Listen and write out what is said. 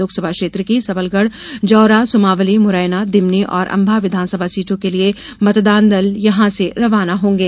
लोकसभा क्षेत्र की सबलगढ़ जौरा सुमावली मुरैना दिमनी और अंबाह विधानसभा सीटों के लिए मतदान दल यहां से रवाना होंगे